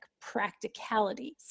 practicalities